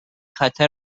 خطر